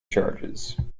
charges